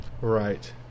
Right